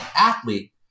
athlete